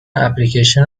اپلیکیشن